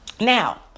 Now